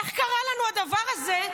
איך קרה לנו הדבר הזה,